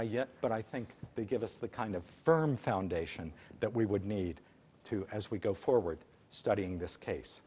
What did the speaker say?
yet but i think they give us the kind of firm foundation that we would need to as we go forward studying this case